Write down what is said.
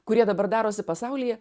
kurie dabar darosi pasaulyje